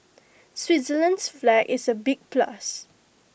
Switzerland's flag is A big plus